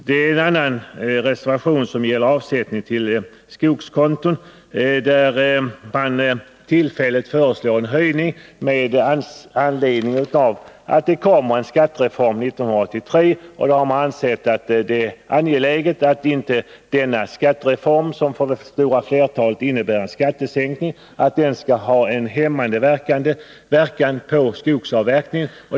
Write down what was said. Den andra reservationen gäller insättning på skogskonton. Där föreslås tillfälligt en höjning med anledning av att det kommer en skattereform 1983. Man har då ansett att det är angeläget att denna skattereform, som för det stora flertalet innebär en skattesänkning, inte skall ha en hämmande verkan på skogsavverkningen.